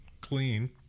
clean